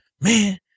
man